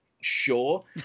sure